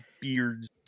beards